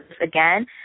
again